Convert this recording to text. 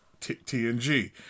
TNG